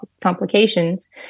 complications